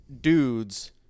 dudes